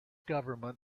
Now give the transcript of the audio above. government